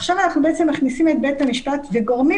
עכשיו אנחנו בעצם מכניסים את בית המשפט וגורמים